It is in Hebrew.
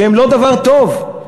שהם לא דבר טוב,